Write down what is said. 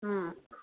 ꯎꯝ